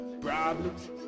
Problems